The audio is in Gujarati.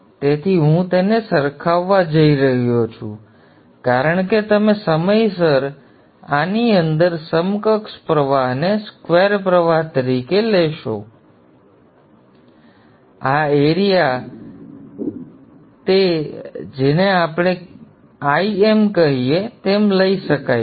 તેથી હું તેને સરખાવવા જઈ રહ્યો છું કારણ કે તમે સમયસર આની અંદર સમકક્ષ પ્રવાહને square પ્રવાહ તરીકે લેશો ત્યાં આ એરીયા તે આ એરીયા જેવો જ છે અને આને આપણે Im કહીએ તેમ લઈ શકાય છે